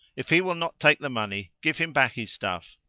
if he will not take the money, give him back his stuff.